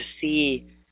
see